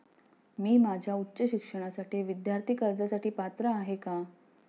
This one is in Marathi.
मी माझ्या उच्च शिक्षणासाठी विद्यार्थी कर्जासाठी पात्र आहे का?